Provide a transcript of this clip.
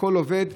הכול עובד,